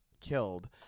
killed